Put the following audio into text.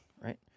right